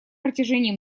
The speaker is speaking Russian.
протяжении